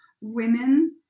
women